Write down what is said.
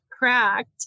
cracked